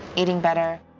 eating better.